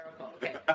Okay